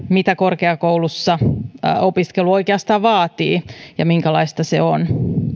mitä korkeakoulussa opiskelu oikeastaan vaatii ja minkälaista se on